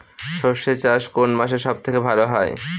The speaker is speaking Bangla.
সর্ষে চাষ কোন মাসে সব থেকে ভালো হয়?